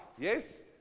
Yes